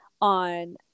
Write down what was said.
on